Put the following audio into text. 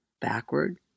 backward